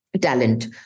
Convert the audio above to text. talent